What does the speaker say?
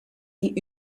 die